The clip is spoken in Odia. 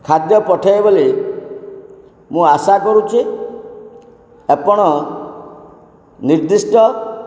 ଖାଦ୍ୟ ପଠାଇବେ ବୋଲି ମୁଁ ଆଶା କରୁଚି ଆପଣ ନିର୍ଦ୍ଦିଷ୍ଟ